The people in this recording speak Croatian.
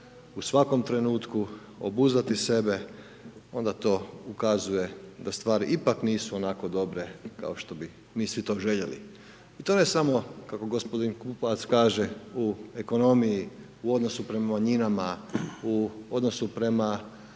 u svakom trenutku, obuzdati sebe, onda to ukazuje da stvari ipak nisu onako dobre kao što bi mi svi to željeli. I to ne samo kako gospodin Pupovac kaže, u ekonomiji u odnosno prema manjinama, u odnosno prema